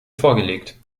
vorgelegt